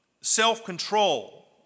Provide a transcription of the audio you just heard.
self-control